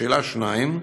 לשאלה 2: